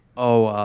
oh,